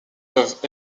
peuvent